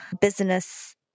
business